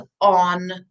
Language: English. on